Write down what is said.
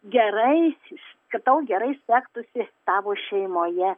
gerai eisis kad tau gerai sektųsi tavo šeimoje